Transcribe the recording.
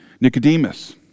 Nicodemus